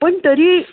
पण तरीही